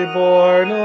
born